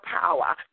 power